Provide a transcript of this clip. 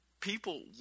people